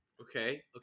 Okay